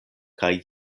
kaj